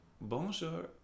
bonjour